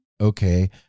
Okay